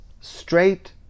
straight